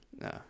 no